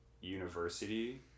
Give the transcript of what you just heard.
university